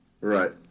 Right